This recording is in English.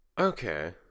Okay